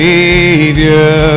Savior